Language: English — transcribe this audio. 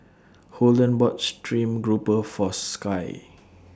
Holden bought Stream Grouper For Skye